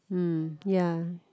hmm ya